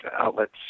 outlets